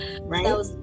Right